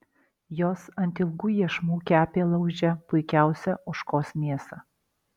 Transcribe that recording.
jos ant ilgų iešmų kepė lauže puikiausią ožkos mėsą